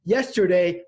Yesterday